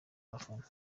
abafana